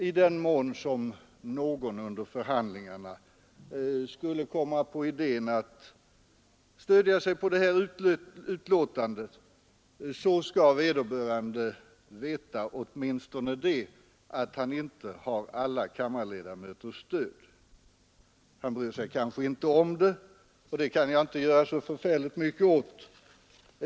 I den mån någon under förhandlingarna skulle komma på idén att stödja sig på detta betänkande skall vederbörande emellertid veta att han inte har alla kammarledamöters stöd. Han bryr sig kanske inte om det, och det kan jag inte göra så förfärligt mycket åt.